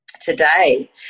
Today